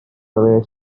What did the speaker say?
away